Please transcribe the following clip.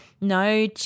No